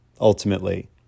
ultimately